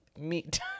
meat